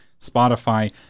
Spotify